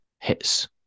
hits